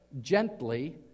Gently